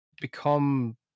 become